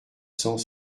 cent